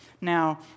Now